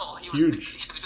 huge